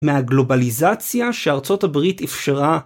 מהגלובליזציה שארצות הברית אפשרה.